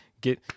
get